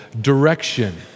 direction